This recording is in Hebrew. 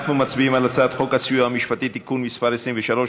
אנחנו מצביעים על הצעת חוק הסיוע המשפטי (תיקון מס' 23),